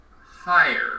higher